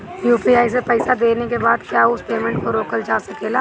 UPI से पईसा देने के बाद क्या उस पेमेंट को रोकल जा सकेला?